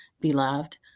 Beloved